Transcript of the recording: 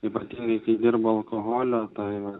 ypatingai kai dirba alkoholio tai va